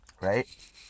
right